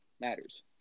matters